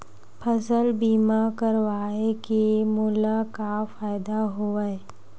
फसल बीमा करवाय के मोला का फ़ायदा हवय?